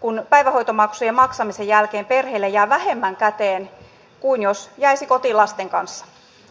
kun päivähoitomaksujen maksamisen jälkeen perheelle jää vähemmän käteen kuin jos jäisi kotiin lasten kanssa